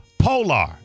Polar